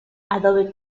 adobe